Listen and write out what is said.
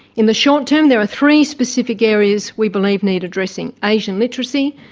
in the short term there are three specific areas we believe need addressing asian literacy,